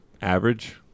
average